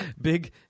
big